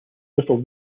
little